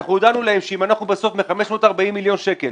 הודענו להם שאם אנחנו בסוף מ-540 מיליון שקלים